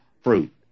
fruit